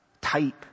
Type